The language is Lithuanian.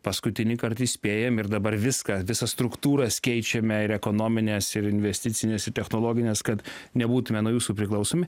paskutinįkart įspėjam ir dabar viską visas struktūras keičiame ir ekonomines ir investicines ir technologines kad nebūtumėme nuo jūsų priklausomi